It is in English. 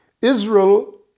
Israel